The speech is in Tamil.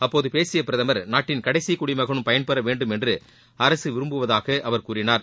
அப்போது பேசிய பிரதமர் நாட்டின் களடசி குடிமகனும் பயன்பெற வேண்டும் என்று அரசு விரும்புவதாக அவர் கூறினார்